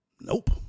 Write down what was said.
Nope